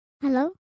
Hello